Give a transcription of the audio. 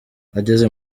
ageze